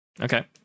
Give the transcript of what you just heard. okay